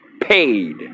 Paid